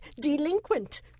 delinquent